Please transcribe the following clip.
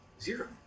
Zero